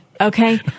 Okay